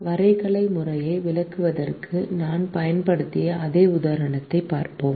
வரைகலை முறையை விளக்குவதற்கு நாம் பயன்படுத்திய அதே உதாரணத்தைப் பார்ப்போம்